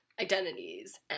identities